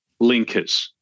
linkers